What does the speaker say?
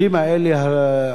לצערי הרב,